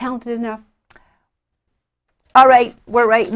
talented enough all right we're right